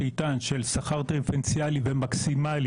איתן של שכר דיפרנציאלי ומקסימלי,